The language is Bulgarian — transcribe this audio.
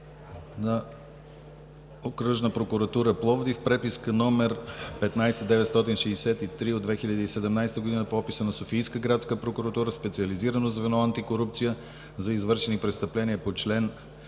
– Пловдив, преписка № 15963 от 2017 г., по описа на Софийска градска прокуратура, специализирано звено „Антикорупция“ за извършени престъпления по чл.